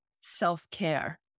self-care